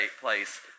place